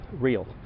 real